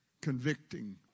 convicting